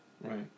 Right